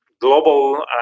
global